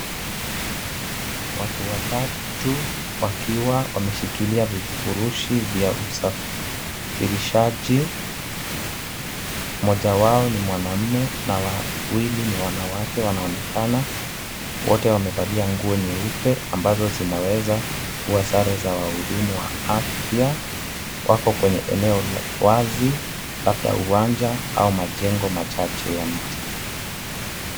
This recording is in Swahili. Watu watatu wakiwa wameshikilia vifurushi vya usafirishaji. Mmoja wao ni mwanaume na wawili ni wanawake, wanaonekana wote wamevalia nguo nyeupe ambazo zinaweza kuwa sare za wahudumu wa afya. Wako kwenye eneo wazi, labda uwanja au majengo machache ya mti.